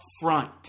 front